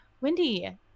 wendy